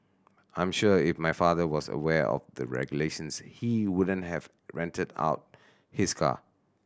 I'm sure if my father was aware of the regulations he wouldn't have rented out his car